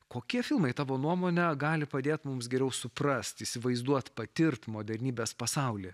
kokie filmai tavo nuomone gali padėt mums geriau suprast įsivaizduot patirt modernybės pasaulį